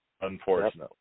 Unfortunately